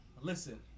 Listen